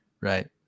Right